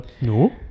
No